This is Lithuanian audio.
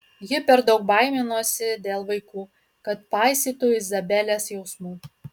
ji per daug baiminosi dėl vaikų kad paisytų izabelės jausmų